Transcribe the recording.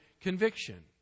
conviction